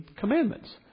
commandments